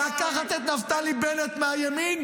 עוד פעם מנסור עבאס, עוד פעם.